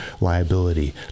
liability